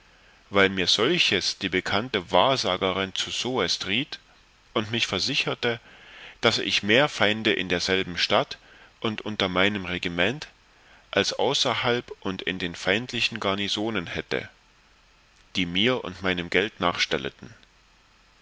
weil mir solches die bekannte wahrsagerin zu soest riet und mich versicherte daß ich mehr feinde in derselben stadt und unter meinem regiment als außerhalb und in den feindlichen garnisonen hätte die mir und meinem geld